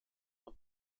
und